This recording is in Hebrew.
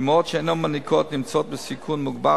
אמהות שאינן מיניקות נמצאות בסיכון מוגבר